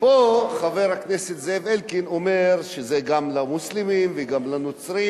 ופה חבר הכנסת זאב אלקין אומר שזה גם למוסלמים וגם לנוצרים.